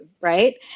right